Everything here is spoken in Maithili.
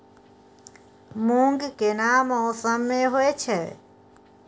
मूंग केना मौसम में होय छै?